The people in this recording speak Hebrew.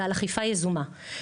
ועל אכיפה יזומה,